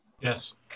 Yes